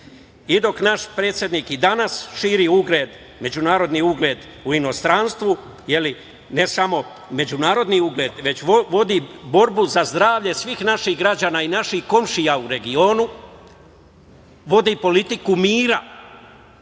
bilo. Dok naš predsednik i danas širi međunarodni ugled u inostranstvu, ne samo međunarodni, već vodi borbu za zdravlje svih naših građana i naših komšija u regionu, vodi politiku mira,